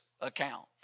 account